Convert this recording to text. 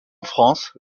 france